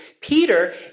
Peter